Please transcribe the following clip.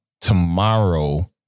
tomorrow